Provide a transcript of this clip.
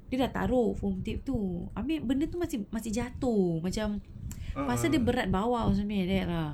dia dah taruk phone tip tu habis benda tu macam masih jatuh macam rasa dia berat bawah or something like that lah